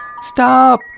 Stop